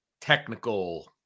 technical